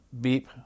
beep